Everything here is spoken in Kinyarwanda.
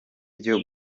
byo